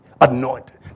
anointed